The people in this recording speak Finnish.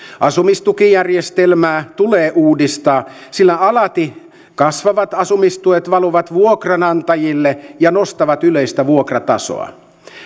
asumistukijärjestelmää tulee uudistaa sillä alati kasvavat asumistuet valuvat vuokranantajille ja nostavat yleistä vuokratasoa